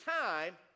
time